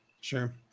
Sure